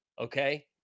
Okay